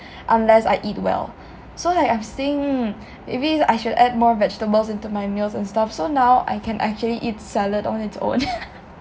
unless I eat well so like I think maybe I should add more vegetables into my meals and stuff so now I can actually eat salad on its own